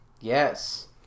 Yes